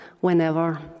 whenever